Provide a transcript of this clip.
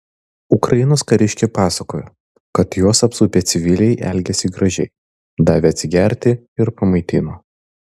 ukrainos kariškiai pasakojo kad juos apsupę civiliai elgėsi gražiai davė atsigerti ir pamaitino